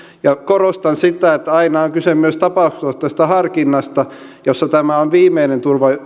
korostan sitä että aina on kyse myös tapauskohtaisesta harkinnasta jossa tämä on viimeinen